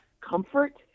comfort